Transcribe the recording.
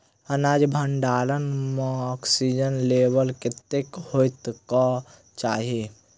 अनाज भण्डारण म ऑक्सीजन लेवल कतेक होइ कऽ चाहि?